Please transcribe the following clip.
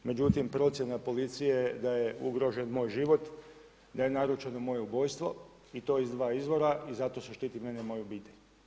Međutim, procjena policije je da je ugrožen moj život, da je naručeno moje ubojstvo i to iz dva izvora i zato se štiti mene i moju obitelj.